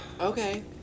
Okay